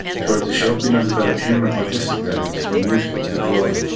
throughout the show pino develops human artistic talents from music to drawing,